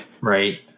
Right